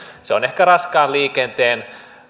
se on ehkä raskaan liikenteen